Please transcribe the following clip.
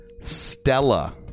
Stella